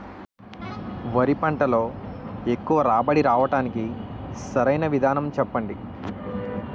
వరి పంటలో ఎక్కువ రాబడి రావటానికి సరైన విధానం చెప్పండి?